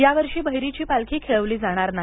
यावर्षी भैरीची पालखी खेळवली जाणार नाही